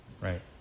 Right